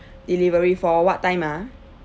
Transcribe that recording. delivery for what time ah